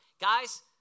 Guys